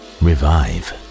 revive